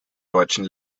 deutschen